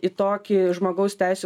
į tokį žmogaus teisių